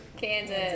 Kansas